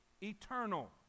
eternal